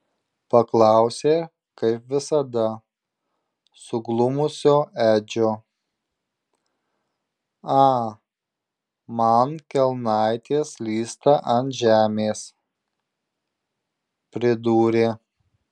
paklausė kaip visada suglumusio edžio a man kelnaitės slysta ant žemės pridūrė